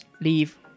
Leave